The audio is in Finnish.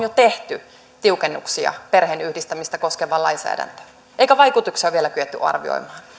kaksituhattakaksitoista on jo tehty tiukennuksia perheenyhdistämistä koskevaan lainsäädäntöön eikä vaikutuksia ole vielä kyetty arvioimaan